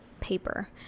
paper